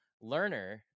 learner